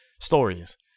stories